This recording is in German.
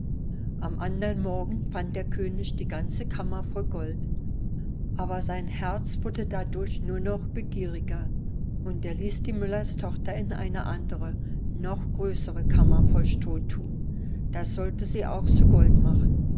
am andern morgen fand der könig die ganze kammer voll gold aber sein herz wurde dadurch nur noch begieriger und er ließ die müllerstochter in eine andere noch größere kammer voll stroh thun das sollte sie auch zu gold machen